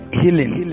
healing